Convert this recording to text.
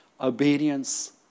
obedience